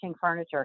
furniture